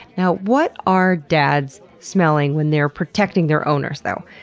now, what are dads smelling when they're protecting their owners, though?